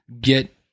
get